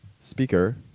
speaker